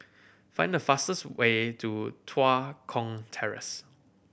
find the fastest way to Tua Kong Terrace